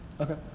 Okay